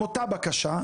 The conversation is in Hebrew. עם אותה בקשה,